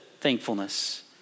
thankfulness